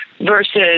versus